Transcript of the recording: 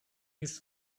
his